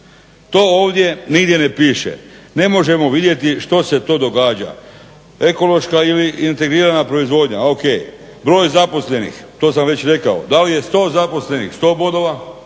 To ovdje nigdje ne piše. Ne možemo vidjeti što se to događa. Ekološka ili integrirana proizvodnja, ok. Broj zaposlenih to sam već rekao. Da li je sto zaposlenih sto bodova